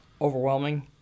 overwhelming